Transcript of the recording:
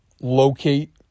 locate